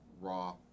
raw